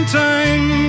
time